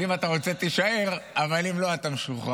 אז אם אתה רוצה, תישאר, אבל אם לא, אתה משוחרר.